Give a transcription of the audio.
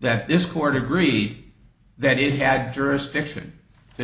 that this court agreed that it had jurisdiction to